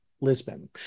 Lisbon